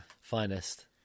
finest